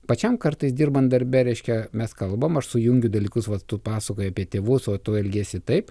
pačiam kartais dirbant darbe reiškia mes kalbame aš sujungiu dalykus va tu pasakojai apie tėvus o tu elgiesi taip